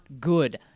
good